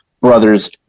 brothers